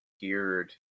geared